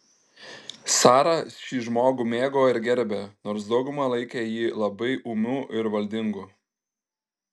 sara šį žmogų mėgo ir gerbė nors dauguma laikė jį labai ūmiu ir valdingu